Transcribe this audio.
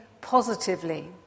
positively